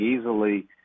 easily